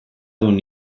dun